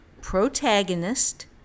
protagonist